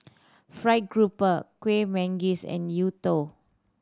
fried grouper Kuih Manggis and youtiao